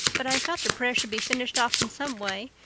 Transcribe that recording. but i felt a prayer should be finished off in some way,